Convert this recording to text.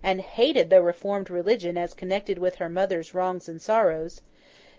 and hated the reformed religion as connected with her mother's wrongs and sorrows